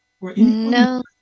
no